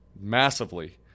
massively